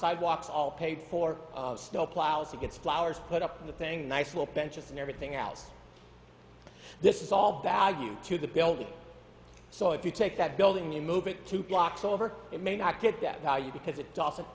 sidewalks all paid for snowplows he gets flowers put up on the thing nice will benches and everything else this is all value to the building so if you take that building you move it to blocks over it may not get that value because it doesn't